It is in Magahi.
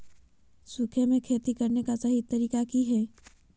सूखे में खेती करने का सही तरीका की हैय?